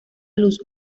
luz